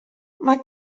mae